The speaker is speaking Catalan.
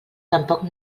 tampoc